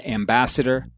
ambassador